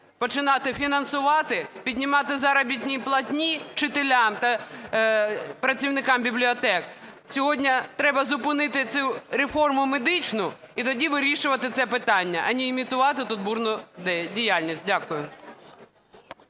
починати фінансувати, піднімати заробітні платні вчителям та працівникам бібліотек. Сьогодні треба зупинити цю реформу медичну і тоді вирішувати це питання, а не імітувати тут бурну діяльність. Дякую.